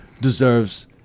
deserves